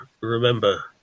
remember